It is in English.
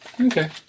Okay